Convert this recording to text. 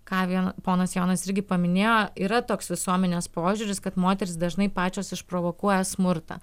ką vien ponas jonas irgi paminėjo yra toks visuomenės požiūris kad moterys dažnai pačios išprovokuoja smurtą